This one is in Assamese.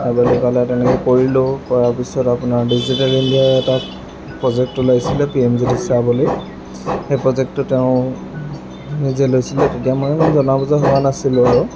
সেই বুলি ক'লে তেনেকৈ কৰিলোঁও কৰাৰ পিছত আপোনাৰ ডিজিটেল ইণ্ডিয়াত এটা প্ৰজেক্ট ওলাইছিলে পি এম জি দিশা বুলি সেই প্ৰজেক্টটো তেওঁ নিজে লৈছিলে তেতিয়া ময়ো সিমান জনা বুজা হোৱা নাছিলোঁ বাৰু